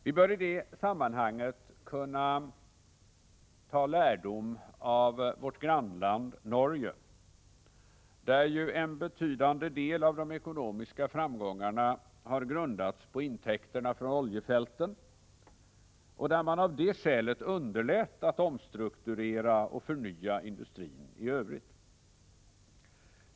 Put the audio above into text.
Vi bör i det sammanhanget kunna ta lärdom av vårt grannland Norge, där ju en betydande del av de ekonomiska framgångarna grundades på intäkterna från oljefältet och där man av det skälet underlät att omstrukturera och förnya industrin i övrigt.